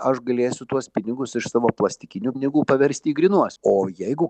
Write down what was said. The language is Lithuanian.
aš galėsiu tuos pinigus iš savo plastikinių pinigų paversti į grynuosius o jeigu